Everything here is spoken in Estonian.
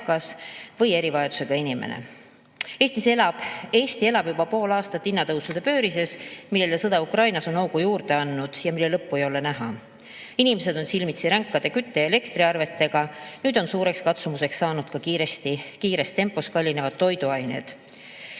Eesti elab juba pool aastat hinnatõusude pöörises, millele sõda Ukrainas on hoogu juurde andnud ja mille lõppu ei ole näha. Inimesed on silmitsi ränkade kütte- ja elektriarvetega, nüüd on suureks katsumuseks saanud kiires tempos kallinevad toiduained.